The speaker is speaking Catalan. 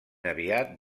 aviat